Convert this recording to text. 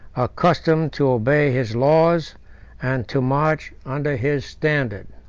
accustomed to obey his laws and to march under his standard.